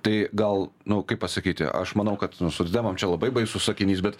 tai gal nu kaip pasakyti aš manau kad socdemam čia labai baisus sakinys bet